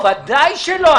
ודאי שלא.